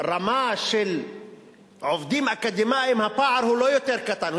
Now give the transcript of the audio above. ברמה של עובדים אקדמאים הפער הוא לא יותר קטן,